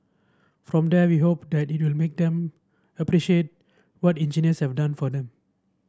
from there we hope that it will make them appreciate what engineers have done for them